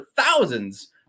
thousands